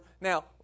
now